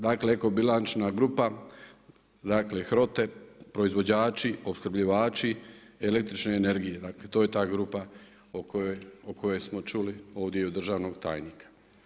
Dakle, eko bilančna grupa, dakle HROT-e proizvođači, opskrbljivači električne energije, dakle to je ta grupa o kojoj smo čuli ovdje i od državnog tajnika.